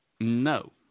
No